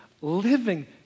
living